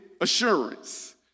assurance